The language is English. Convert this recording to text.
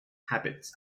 habits